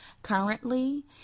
Currently